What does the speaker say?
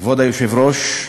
כבוד היושב-ראש,